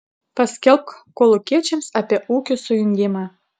paskelbk kolūkiečiams apie ūkių sujungimą